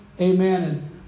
Amen